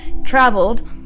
traveled